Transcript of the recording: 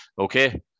Okay